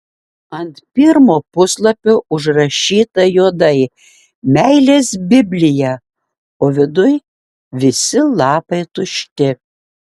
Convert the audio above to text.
ant pirmo puslapio užrašyta juodai meilės biblija o viduj visi lapai tušti